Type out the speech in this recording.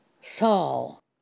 Saul